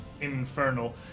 Infernal